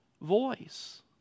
voice